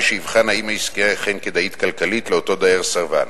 שיבחן אם העסקה אכן כדאית כלכלית לאותו דייר סרבן.